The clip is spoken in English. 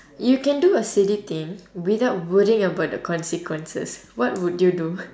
you can do a silly thing without worrying about the consequences what would you do